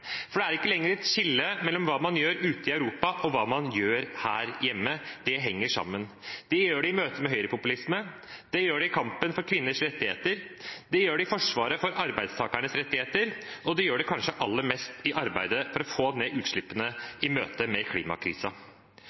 for det er ikke lenger et skille mellom hva man gjør ute i Europa, og hva man gjør her hjemme. Det henger sammen. Det gjør det i møtet med høyrepopulisme, det gjør det i kampen for kvinners rettigheter, det gjør det i forsvaret for arbeidstakernes rettigheter, og det gjør det kanskje aller mest i arbeidet for å få ned utslippene, i møtet med